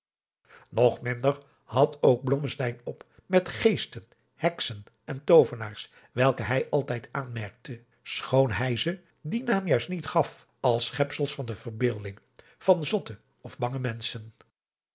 nog minder had ook blommesteyn op met geesten heksen en toovenaars welke hij altijd aanmerkte schoon hij ze dien naam juist niet gaf als schepsels van de verbeelding van zotte of bange menschen